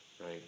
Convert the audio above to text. Right